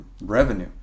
revenue